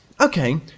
Okay